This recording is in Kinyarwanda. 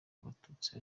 abatutsi